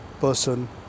person